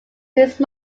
these